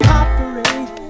operate